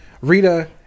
Rita